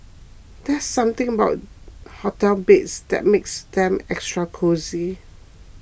there's something about hotel beds that makes them extra cosy